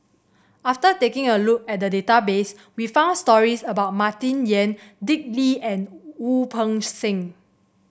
after taking a look at the database we found stories about Martin Yan Dick Lee and Wu Peng Seng